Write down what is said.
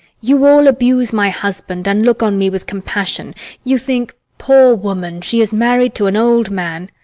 you all abuse my husband and look on me with compassion you think, poor woman, she is married to an old man.